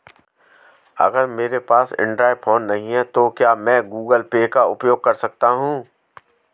अगर मेरे पास एंड्रॉइड फोन नहीं है तो क्या मैं गूगल पे का उपयोग कर सकता हूं?